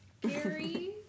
Gary